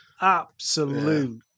absolute